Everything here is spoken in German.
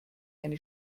eine